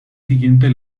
siguiente